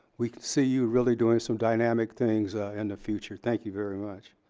we see you really doing some dynamic things in the future. thank you very much.